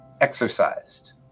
exercised